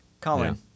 Colin